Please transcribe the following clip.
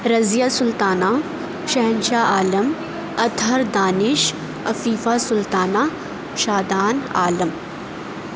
Razia Sultana Shahanshah Alam Athar Danish Afifa Sultana Shadan Alam